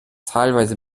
teilweise